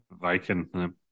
Viking